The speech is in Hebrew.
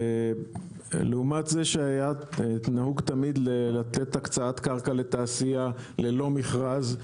לעומת זאת שתמיד היה נהוג לתת הקצאת קרקע לתעשייה ללא מכרז,